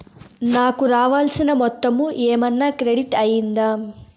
నాకు రావాల్సిన మొత్తము ఏమన్నా క్రెడిట్ అయ్యిందా